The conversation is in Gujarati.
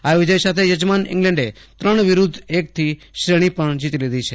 આ વિજય સાથે યજમાન ઈંગ્લેન્ડે ત્રણ વિરૂધ્ધ એકથી શ્રેણી પણ જીતી લીધી છે